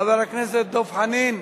חבר הכנסת דב חנין,